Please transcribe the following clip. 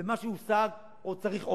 ומה שהושג, צריך עוד,